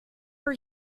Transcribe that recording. are